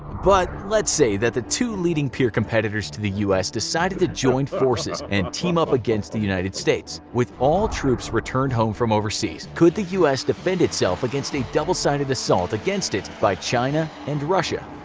but let's say that the two leading peer competitors to the us decided to join forces and team up against the united states. with all troops returned home from overseas, could the us defend itself against a double-sided assault against it by china and russia?